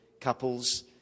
couples